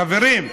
חברים.